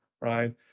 Right